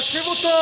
תקשיבו טוב,